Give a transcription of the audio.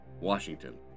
Washington